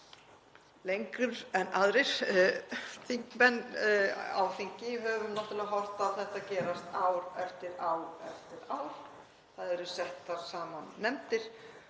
lengur en aðrir þingmenn á þingi höfum náttúrlega horft á þetta gerast ár eftir ár. Það eru settar saman nefndir